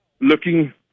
looking